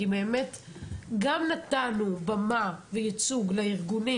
כי באמת גם נתנו במה וייצוג לארגונים,